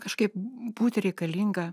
kažkaip būti reikalinga